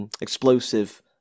explosive